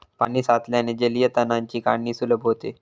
पाणी साचल्याने जलीय तणांची काढणी सुलभ होते